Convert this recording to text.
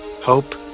hope